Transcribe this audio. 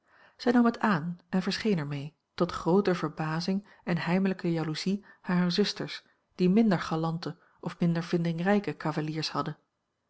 zij nam het aan en verscheen er mee tot groote verbazing en heimelijke jaloezie harer zusters die minder galante of minder vindingrijke cavaliers hadden